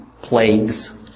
plagues